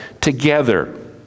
together